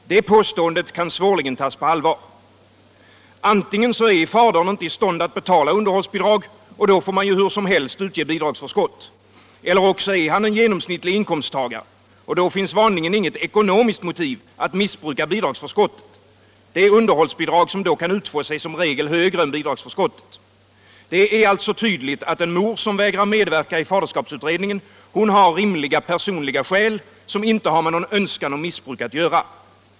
Det påståendet kan svårligen tas på allvar. Antingen är fadern inte i stånd att betala underhållsbidrag, och då får man i vilket fall som helst utge bidragsförskott, eller också är han en genomsnittlig inkomsttagare, och då finns det vanligen inget ekonomiskt motiv för att missbruka bidragsförskott. Det underhållsbidrag som då kan utgå är som regel högre än bidragsförskottet. Det är alltså tydligt att en mor som vägrar medverka i faderskapsutredning har rimliga personliga skäl, vilka inte har med någon önskan om missbruk att göra.